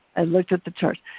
i looked at the charts.